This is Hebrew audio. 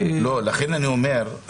לכן אני אומר,